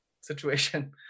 situation